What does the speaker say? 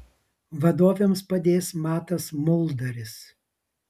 vadovėms padės matas muldaris